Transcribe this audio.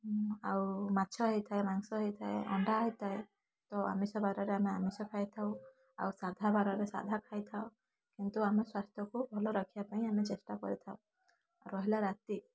ଆଉ ମାଛ ହେଇଥାଏ ମାଂସ ହେଇଥାଏ ଅଣ୍ଡା ହେଇଥାଏ ତ ଆମିଷ ବାରରେ ଆମେ ଆମିଷ ଖାଇଥାଉ ଆଉ ସାଧା ବାରରେ ସାଧା ଖାଇଥାଉ କିନ୍ତୁ ଆମ ସ୍ୱାସ୍ଥ୍ୟକୁ ଆମେ ଭଲ ରଖିବାପାଇଁ ଆମେ ଚେଷ୍ଟା କରିଥାଉ ରହିଲା ରାତି